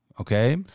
Okay